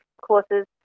courses